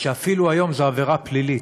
כך שהיום זו אפילו עבירה פלילית,